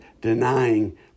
denying